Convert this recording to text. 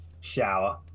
shower